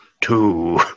two